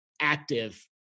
active